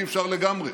אי-אפשר לגמרי.